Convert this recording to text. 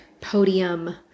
podium